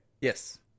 Yes